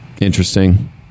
Interesting